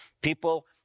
People